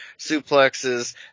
suplexes